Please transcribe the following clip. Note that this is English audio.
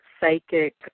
psychic